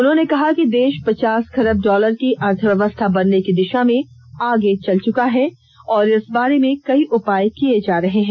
उन्होंने कहा कि देश पचास खरब डॉलर की अर्थव्यवस्था बनने की दिशा में आगे चल चुका है और इस बारे में कई उपाय किये गये हैं